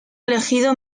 elegido